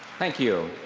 thank you.